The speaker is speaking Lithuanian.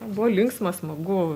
buvo linksma smagu